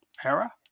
Hera